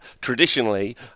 traditionally